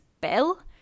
bill